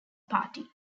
party